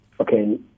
okay